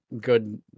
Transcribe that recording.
good